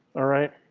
all right?